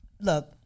look